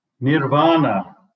nirvana